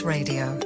Radio